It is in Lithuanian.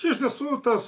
čia iš tiesų tas